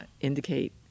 indicate